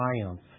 triumph